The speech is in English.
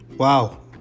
Wow